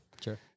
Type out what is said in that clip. Sure